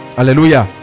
hallelujah